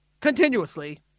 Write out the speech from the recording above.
continuously